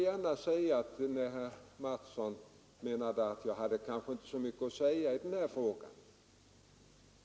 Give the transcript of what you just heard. Herr Mattsson menade att jag inte hade så mycket att säga i den här frågan.